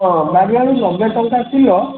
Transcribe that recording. ହଁ ନବେ ଟଙ୍କା କିଲୋ